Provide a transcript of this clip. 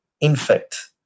infect